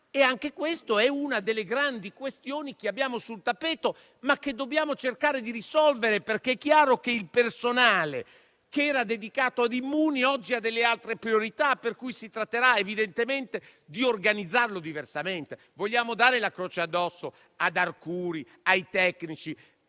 Anche questa è una delle grandi questioni che abbiamo sul tappeto, ma che dobbiamo cercare di risolvere. È chiaro, infatti, che il personale che era dedicato ad Immuni oggi ha altre priorità, per cui si tratterà evidentemente di organizzarlo diversamente. Vogliamo dare la croce addosso ad Arcuri e ai tecnici,